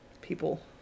people